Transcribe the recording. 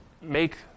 make